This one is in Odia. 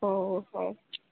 ଓହୋ